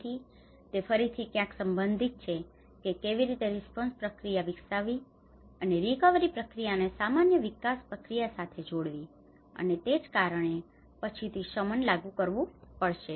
તેથી તે ફરીથી ક્યાંક સંબંધિત છે કે કેવી રીતે રિસ્પોન્સ પ્રક્રિયા વિકસાવવી અને રિકવરી પ્રક્રિયાને સામાન્ય વિકાસ પ્રક્રિયા સાથે જોડવી અને તે જ કારણે પછીથી શમન લાગુ કરવું પડશે